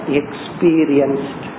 experienced